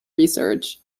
research